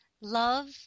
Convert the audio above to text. love